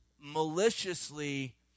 maliciously